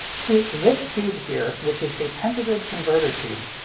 see, this tube here, which is a pentagrid converter tube,